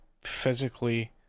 physically